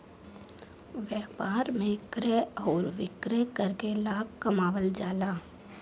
व्यापार में क्रय आउर विक्रय करके लाभ कमावल जाला